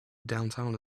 downtown